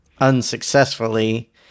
unsuccessfully